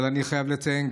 אבל אני חייב לציין,